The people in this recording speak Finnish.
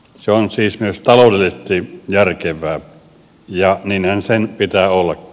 se on siis myös taloudellisesti järkevää ja niinhän sen pitää ollakin